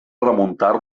remuntar